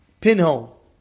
pinhole